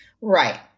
Right